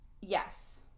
Yes